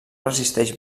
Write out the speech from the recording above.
resisteix